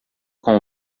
com